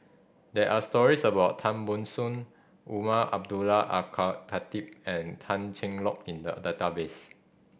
there are stories about Tan Ban Soon Umar Abdullah Al Khatib and Tan Cheng Lock in the database